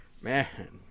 Man